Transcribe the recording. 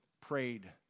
prayed